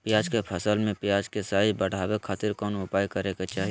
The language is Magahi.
प्याज के फसल में प्याज के साइज बढ़ावे खातिर कौन उपाय करे के चाही?